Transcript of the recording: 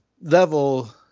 level